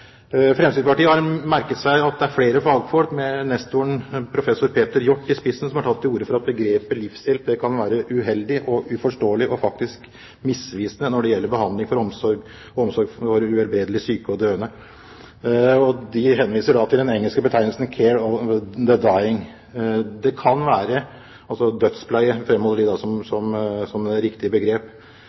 Fremskrittspartiet har merket seg at det er flere fagfolk, med nestoren professor Peter Hjort i spissen, som har tatt til orde for at begrepet «livshjelp» kan være uheldig, uforståelig og faktisk misvisende når det gjelder behandling og omsorg for uhelbredelig syke og døende. De henviser til den engelske betegnelsen «care of the dying» – dødspleie framholder de som riktig begrep. Det kan være